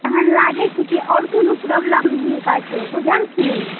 तहन लागै छै कि आओर कोनो प्रॉब्लम भी हिनका छै बुझलखिन